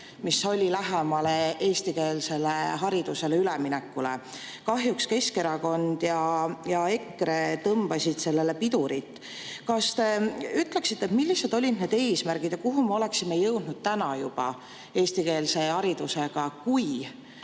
mis [viis] lähemale eestikeelsele haridusele üleminekule. Kahjuks Keskerakond ja EKRE tõmbasid sellele pidurit. Kas te ütleksite, millised olid need eesmärgid ja kuhu me oleksime jõudnud täna juba eestikeelse haridusega, kui